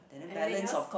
anything else